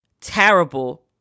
terrible